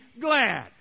glad